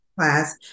class